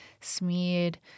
smeared